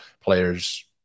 players